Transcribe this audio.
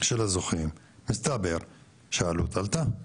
של הזוכים מסתבר שהעלות עלתה.